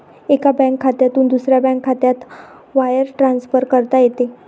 एका बँक खात्यातून दुसऱ्या बँक खात्यात वायर ट्रान्सफर करता येते